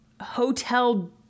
hotel